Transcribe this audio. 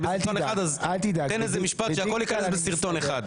תן איזה משפט שהכול ייכנס בסרטון אחד.